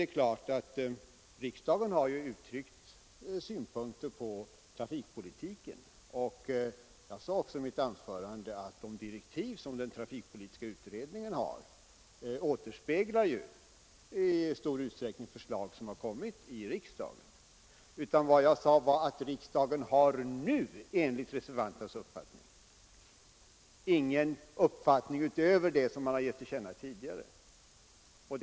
Det är klart att riksdagen har uttryckt synpunkter på trafikpolitiken. Jag sade ju i mitt anförande att de direktiv som den trafikpolitiska utredningen har fått i stor utsträckning återspeglar de förslag som framkommit i riksdagen. Men vad jag också sade var att riksdagen nu enligt reservanternas skrivning inte har någon uppfattning utöver den som man tidigare gett till känna.